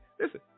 listen